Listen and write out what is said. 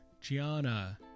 Gianna